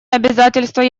обязательства